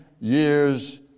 years